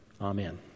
amen